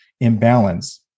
imbalance